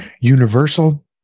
universal